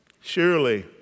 Surely